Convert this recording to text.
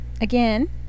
again